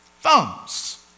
thumbs